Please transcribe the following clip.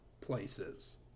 places